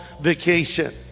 vacation